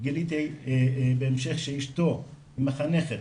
גיליתי בהמשך שאשתו היא מחנכת,